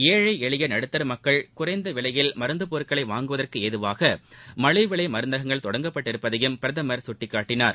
ஏழை எளிய நடுத்தர மக்கள் குறைந்த விலையில் மருந்து பொருட்களை வாங்குவதற்கு ஏதுவாக மலிவு விலை மருந்தகங்கள் தொடங்கப்பட்டிருப்பதையும் பிரதமர் சுட்டிக்காட்டினார்